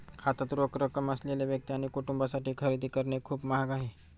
हातात रोख रक्कम असलेल्या व्यक्ती आणि कुटुंबांसाठी खरेदी करणे खूप महाग आहे